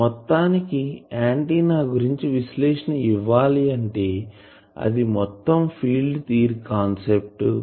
కాబట్టి మొత్తానికి ఆంటిన్నా గురించి విశ్లేషణ ఇవ్వాలి అంటే అది మొత్తం ఫీల్డ్ థియరీ కాన్సెప్ట్